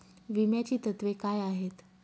विम्याची तत्वे काय आहेत?